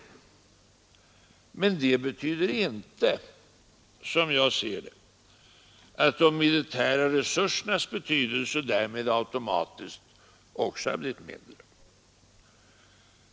Men det betyder inte, som jag ser det, att de militära resursernas betydelse därmed automatiskt också har blivit mindre.